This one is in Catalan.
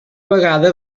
vegada